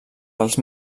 dels